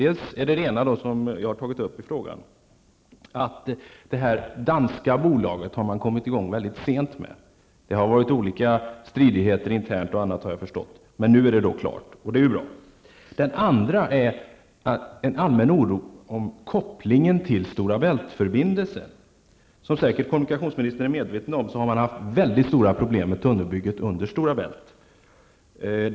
Det ena är det som jag har tagit upp i frågan, nämligen att det danska bolaget har kommit i gång väldigt sent. Som jag har förstått har det varit inre stridigheter. Men nu är det klart, vilket är bra. Det andra skälet är en allmän oro över kopplingen till Stora Bält-förbindelsen. Som kommunikationsministern säkert är medveten om har man haft väldigt stora problem med tunnelarbetet under Stora Bält.